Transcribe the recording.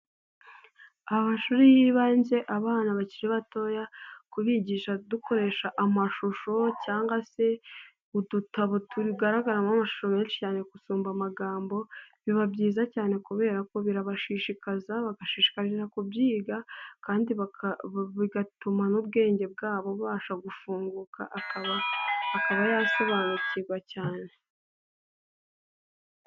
Amashuri y'ibanze abana bakiri batoya, kubigisha dukoresha amashusho cyangwa se udutabo tugaragaramo amashusho menshi cyane gusumba amagambo, biba byiza cyane kubera ko birabashishikaza bagashishikarira kubyiga, kandi bigatuma n'ubwenge bwabo bubasha gufungukaba akaba yasobanukirwa cyane.